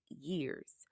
years